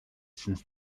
since